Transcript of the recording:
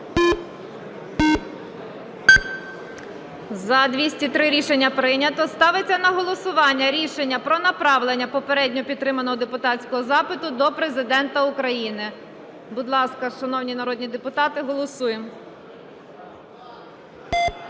За-203 Рішення прийнято. Ставиться на голосування рішення про направлення попередньо підтриманого депутатського запиту до Президента України. Будь ласка, шановні народні депутати, голосуємо.